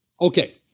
Okay